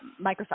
Microsoft